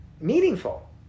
meaningful